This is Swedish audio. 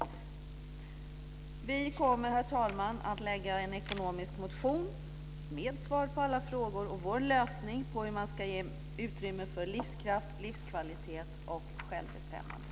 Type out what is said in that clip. Herr talman! Vi kommer att väcka en ekonomisk motion där vi ger svar på alla frågor och vår lösning på hur man ska ge utrymme för livskraft, livskvalitet och självbestämmande.